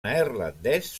neerlandès